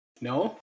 No